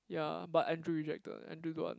ya but Andrew rejected Andrew don't want